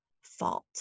fault